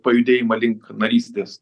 pajudėjimą link narystės